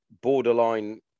borderline